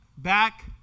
Back